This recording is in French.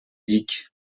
dick